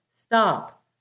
stop